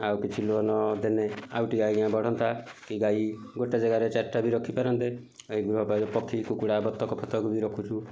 ଆଉ କିଛି ଲୋନ ଦେଲେ ଆଉ ଟିକେ ଆଜ୍ଞା ବଢ଼ନ୍ତା କି ଗାଈ ଗୋଟେ ଜାଗାରେ ଚାରିଟା ବି ରଖି ପାରନ୍ତେ ଗୃହପାଳିତ ପକ୍ଷୀ କୁକୁଡ଼ା ବତକ ଫତକ ବି ରଖୁଛୁ